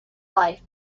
life